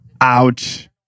Ouch